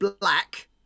black